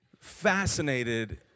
Fascinated